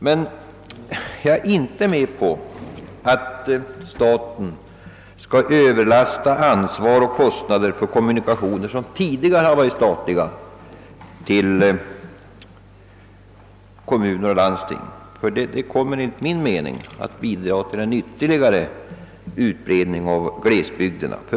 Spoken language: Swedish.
Men jag är inte med på att staten skall överlasta ansvaret och kostnaderna för kommunikationer, som tidigare varit statliga, på kommuner och landsting. Detta kommer enligt min mening att bidra till en ytterligare utbredning av glesbygderna.